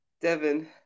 Devin